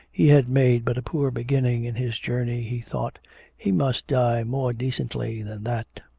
he had made but a poor beginning in his journey, he thought he must die more decently than that.